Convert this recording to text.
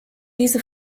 diese